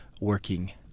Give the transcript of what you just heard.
working